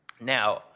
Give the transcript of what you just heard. Now